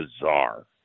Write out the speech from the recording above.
bizarre